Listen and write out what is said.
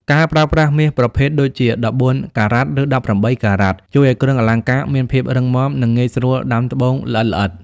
ការប្រើប្រាស់មាសប្រភេទ (ដូចជា ១៤ការ៉ាត់ ឬ ១៨ការ៉ាត់) ជួយឱ្យគ្រឿងអលង្ការមានភាពរឹងមាំ និងងាយស្រួលដាំត្បូងល្អិតៗ។